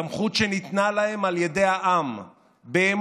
סמכות שניתנה להם על ידי העם באמון,